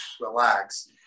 relax